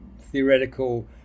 theoretical